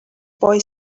boy